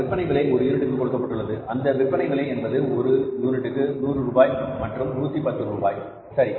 விற்பனை விலை ஒரு யூனிட்டிற்கு கொடுக்கப்பட்டுள்ளது அந்த விற்பனை விலை என்பது ஒரு யூனிட்டுக்கு 100 ரூபாய் மற்றும் 110 ரூபாய் சரி